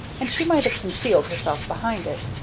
and she might have concealed herself behind it,